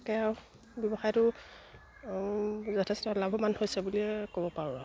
তে ব্যৱসায়টো যথেষ্ট লাভৱান হৈছে বুলিয়ে ক'ব পাৰোঁ আৰু